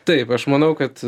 taip aš manau kad